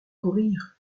courir